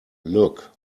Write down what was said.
look